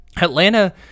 Atlanta